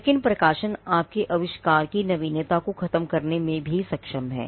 लेकिन प्रकाशन आपके आविष्कार की नवीनता को ख़त्म करने में भी सक्षम हैं